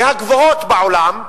מהגבוהות בעולם,